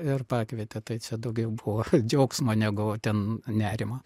ir pakvietė tai čia daugiau buvo džiaugsmo negu ten nerimo